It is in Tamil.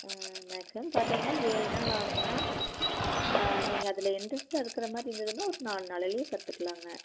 மேக்ஸிமம் பார்த்திங்கனா ஏழு நாள் ஆகுங்க நீங்கள் அதில் இன்ட்ரெஸ்ட்டாக இருக்கறமாதிரி இருந்ததுன்னா ஒரு நால் நாளையில் கற்றுக்கலாங்க